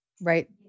right